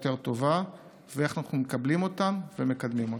יותר טובה ואיך אנחנו מקבלים אותם ומקדמים אותם.